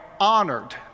honored